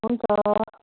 हुन्छ